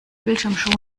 bildschirmschoner